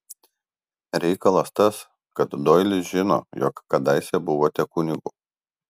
reikalas tas kad doilis žino jog kadaise buvote kunigu